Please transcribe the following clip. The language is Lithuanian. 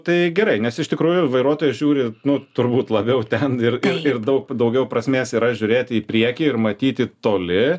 tai gerai nes iš tikrųjų vairuotojas žiūri nu turbūt labiau ten ir ir daug daugiau prasmės yra žiūrėti į priekį ir matyti toli